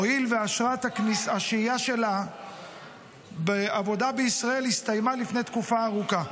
הואיל ואשרת השהייה שלה בעבודה בישראל הסתיימה לפני תקופה ארוכה.